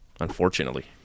Unfortunately